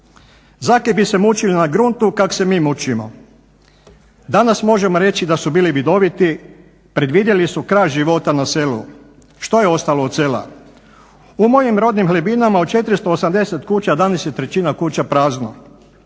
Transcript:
Zakaj bi se mučili na gruntu kak se mi mučimo. Danas možemo reći da su bili vidoviti, predvidjeli su kraj života na selu. Što je ostalo od sela? U mojim rodnim Hlebinama od 480 kuća danas je trećina kuća prazno.